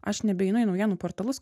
aš nebeinu į naujienų portalus